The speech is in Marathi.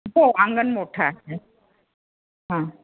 हो अंगण मोठा आहे